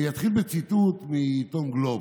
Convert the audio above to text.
אני אתחיל בציטוט מעיתון גלובס,